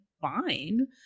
fine